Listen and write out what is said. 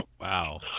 wow